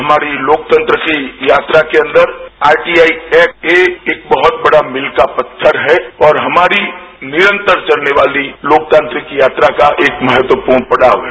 हमारी लोकतंत्र की यात्रा के अंदर आरटीआई ऐक्ट ए एक बहुत बड़ा मील का पत्थर है और हमारी निरंतर चलने वाली लोकतांत्रिक यात्रा का एक महत्वपूर्ण पड़ाव है